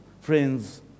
Friends